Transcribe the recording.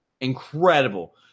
Incredible